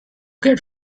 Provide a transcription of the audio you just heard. get